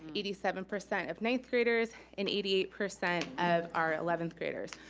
eighty seven percent of ninth graders and eighty eight percent of our eleventh graders.